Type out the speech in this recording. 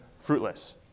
fruitless